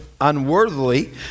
unworthily